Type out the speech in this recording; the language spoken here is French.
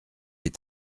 est